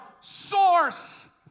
source